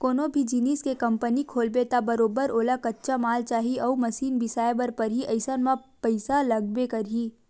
कोनो भी जिनिस के कंपनी खोलबे त बरोबर ओला कच्चा माल चाही अउ मसीन बिसाए बर परही अइसन म पइसा लागबे करही